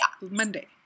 Monday